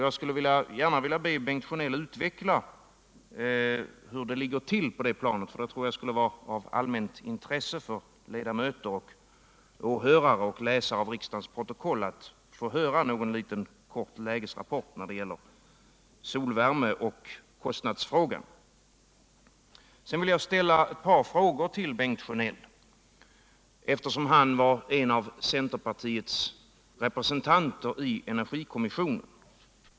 Jag skulle vilja be Bengt Sjönell utveckla hur det ligger till på det planet. för Jag tror att det skulle vara av allmänt intresse för ledamöter, åhörare och läsare av riksdagens protokoll att få en kort lägesrapport när det gäller solvärmen och kostnadsaspekten. Sedan vill jag ställa ett par frågor till Bengt Sjönell eftersom han var en av centerpartiets representanter i energikommissionen.